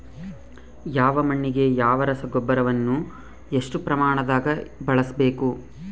ಯಾವ ಮಣ್ಣಿಗೆ ಯಾವ ರಸಗೊಬ್ಬರವನ್ನು ಎಷ್ಟು ಪ್ರಮಾಣದಾಗ ಬಳಸ್ಬೇಕು?